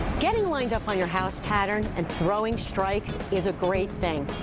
getting lined up on your house pattern and throwing strikes is a great thing,